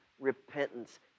repentance